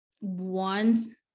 one